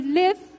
live